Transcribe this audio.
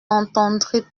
entendrez